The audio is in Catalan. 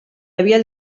havia